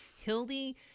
hildy